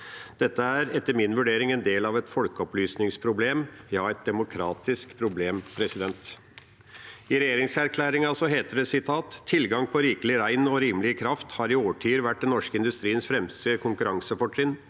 Dette er etter min vurdering en del av et folkeopplysningsproblem – ja, et demokratisk problem. I regjeringsplattformen heter det: «Tilgang på rikelig med ren og rimelig kraft har i årtier vært den norske industriens fremste konkurransefortrinn.